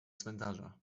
cmentarza